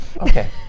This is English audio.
Okay